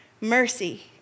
Mercy